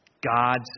God's